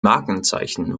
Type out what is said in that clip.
markenzeichen